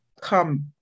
come